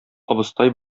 абыстай